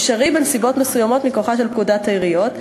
אפשרי בנסיבות מסוימות מכוחה של פקודת העיריות.